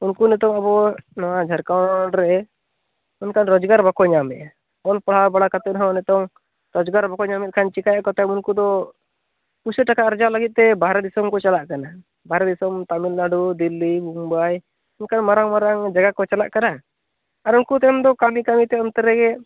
ᱩᱱᱠᱩ ᱱᱤᱛᱚᱝ ᱟᱵᱚ ᱱᱚᱣᱟ ᱡᱷᱟᱲᱠᱷᱚᱱᱰ ᱨᱮ ᱚᱱᱠᱟᱱ ᱨᱚᱡᱽᱜᱟᱨ ᱵᱟᱠᱚ ᱧᱟᱢᱮᱫᱼᱟ ᱚᱞ ᱯᱟᱲᱦᱟᱣ ᱵᱟᱲᱟ ᱠᱟᱛᱮ ᱨᱮᱦᱚᱸ ᱱᱤᱛᱚᱝ ᱨᱚᱡᱽᱜᱟᱨ ᱵᱟᱠᱚ ᱧᱟᱢᱮᱫ ᱠᱷᱟᱱ ᱪᱤᱠᱟᱹᱭᱟᱠᱚ ᱛᱚᱵᱮ ᱩᱱᱠᱩ ᱫᱚ ᱯᱩᱭᱥᱟᱹ ᱴᱟᱠᱟ ᱟᱨᱡᱟᱣ ᱞᱟᱹᱜᱤᱫ ᱛᱮ ᱵᱟᱨᱦᱮᱸ ᱫᱚᱥᱚᱢ ᱠᱚ ᱪᱟᱞᱟᱜ ᱠᱟᱱᱟ ᱵᱟᱨᱦᱮ ᱫᱤᱥᱚᱢ ᱛᱟᱹᱢᱤᱞ ᱱᱟᱹᱲᱩ ᱫᱤᱞᱞᱤ ᱢᱩᱢᱵᱟᱭ ᱚᱱᱠᱟᱱ ᱢᱟᱨᱟᱝ ᱢᱟᱨᱟᱝ ᱡᱟᱭᱜᱟ ᱠᱚ ᱪᱟᱞᱟᱜ ᱠᱟᱱᱟ ᱟᱨ ᱩᱱᱠᱩ ᱛᱟᱭᱚᱢ ᱫᱚ ᱠᱟᱹᱢᱤ ᱠᱟᱹᱢᱤ ᱛᱮ ᱚᱱᱛᱮ ᱨᱮᱜᱮ